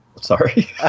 Sorry